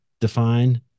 define